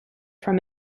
from